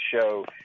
show